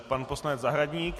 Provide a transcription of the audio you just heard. Pan poslanec Zahradník.